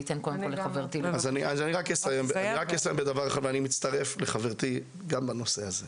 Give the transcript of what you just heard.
אני אסיים בדבר אחד, ואני מצטרף לחברתי בנושא הזה.